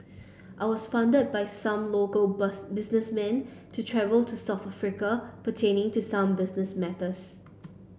I was funded by some local bus businessmen to travel to South Africa pertaining to some business matters